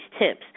Tips